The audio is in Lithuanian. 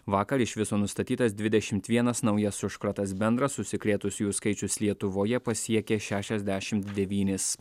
vakar iš viso nustatytas dvidešimt vienas naujas užkratas bendras užsikrėtusiųjų skaičius lietuvoje pasiekė šešiasdešimt devynis